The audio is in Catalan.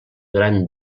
gran